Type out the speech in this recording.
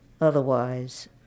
otherwise